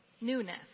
newness